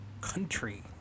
country